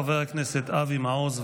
חבר הכנסת אבי מעוז,